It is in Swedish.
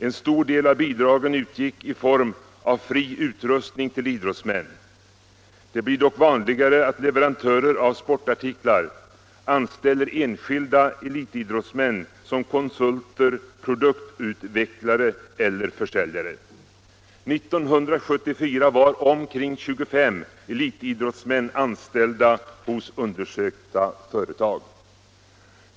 En stor del av bidragen utgick i form av fri utrustning till idrottsmän. Det blir dock allt vanligare att leverantörer av sportartiklar anställer enskilda elitidrottsmän som konsulter, produktutvecklare eller försäljare. 1974 var omkring 25 elitidrottsmän anställda hos undersökta företag.